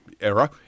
era